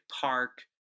Park